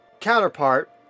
counterpart